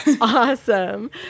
awesome